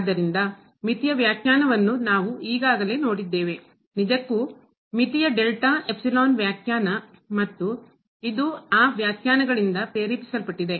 ಆದ್ದರಿಂದ ಮಿತಿಯ ವ್ಯಾಖ್ಯಾನವನ್ನು ನಾವು ಈಗಾಗಲೇ ನೋಡಿದ್ದೇವೆ ನಿಜಕ್ಕೂ ಮಿತಿಯ ಡೆಲ್ಟಾ ಎಪ್ಸಿಲಾನ್ ವ್ಯಾಖ್ಯಾನ ಮತ್ತು ಇದು ಆ ವ್ಯಾಖ್ಯಾನಗಳಿಂದ ಪ್ರೇರೇಪಿಸಲ್ಪಟ್ಟಿದೆ